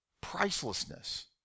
pricelessness